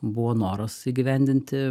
buvo noras įgyvendinti